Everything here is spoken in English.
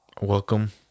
welcome